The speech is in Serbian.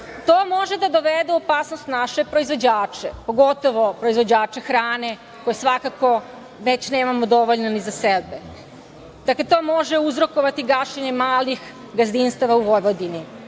može da dovede u opasnost naše proizvođače, pogotovo proizvođače hrane, koje svakako već nemamo dovoljno ni za sebe. Dakle, to može uzrokovati gašenje malih gazdinstava u Vojvodini. Kina